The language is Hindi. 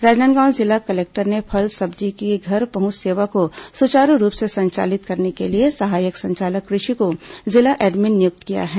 राजनांदगांव जिला कलेक्टर ने फल सब्जी की घर पहुंच सेवा को सुचारू रूप से संचालित करने के लिए सहायक संचालक कृषि को जिला एडमिन नियुक्त किया है